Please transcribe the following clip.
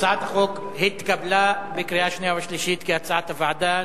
הצעת החוק התקבלה בקריאה שנייה ושלישית כהצעת הוועדה.